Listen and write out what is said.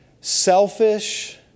selfish